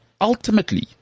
ultimately